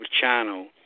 channel